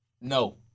No